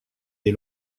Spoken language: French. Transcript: des